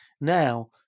now